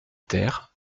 terre